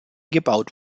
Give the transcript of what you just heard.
gebaut